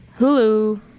Hulu